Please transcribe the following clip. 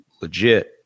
legit